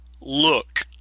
look